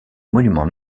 monuments